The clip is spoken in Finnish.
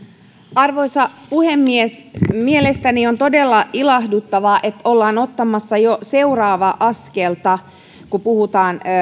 arvoisa puhemies mielestäni on todella ilahduttavaa että ollaan ottamassa jo seuraavaa askelta kun puhutaan